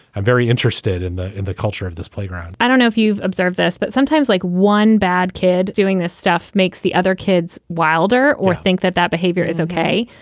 i'm very interested in the in the culture of this playground i don't know if you've observed this, but sometimes like one bad kid doing this stuff makes the other kids wilder or think that that behavior is okay.